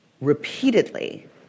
repeatedly